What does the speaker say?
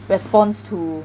response to